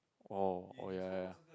oh oh ya ya